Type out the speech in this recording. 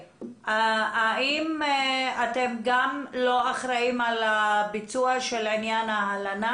האם אתם גם לא אחראים על הביצוע של עניין ההלנה